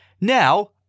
Now